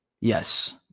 Yes